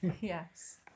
Yes